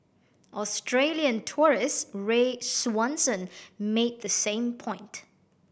Australian tourist Ray Swanson made the same point